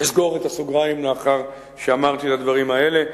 אסגור את הסוגריים לאחר שאמרתי את הדברים האלה.